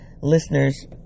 listeners